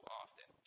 often